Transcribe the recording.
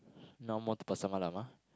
now more to Pasar Malam ah